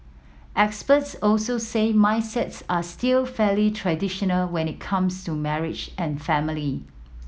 experts also say mindsets are still fairly traditional when it comes to marriage and family